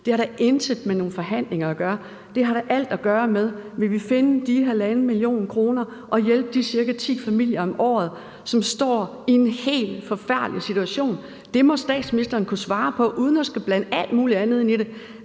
Det har da intet med nogle forhandlinger at gøre. Det har da alt at gøre med, om vi vil finde de 1,5 mio. kr. og hjælpe de cirka ti familier om året, som står i en helt forfærdelig situation. Det må statsministeren kunne svare på uden at skulle blande alt muligt andet ind i det.